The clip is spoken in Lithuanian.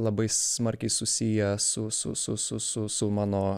labai smarkiai susiję su su su su su su mano